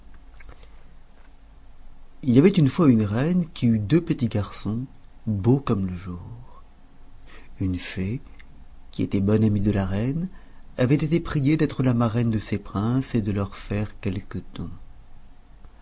il y avait une fois une reine qui eut deux petits garçons beaux comme le jour une fée qui était bonne amie de la reine avait été priée d'être la marraine de ces princes et de leur faire quelque